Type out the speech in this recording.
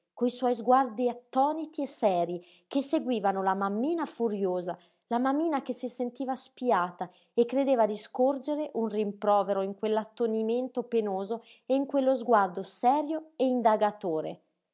coi suoi sguardi attoniti e serii che seguivano la mammina furiosa la mammina che si sentiva spiata e credeva di scorgere un rimprovero in quell'attonimento penoso e in quello sguardo serio e indagatore